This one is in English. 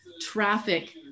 traffic